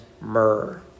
myrrh